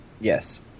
Yes